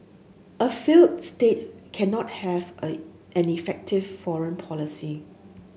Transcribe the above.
a failed state cannot have a an effective foreign policy